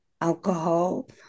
alcohol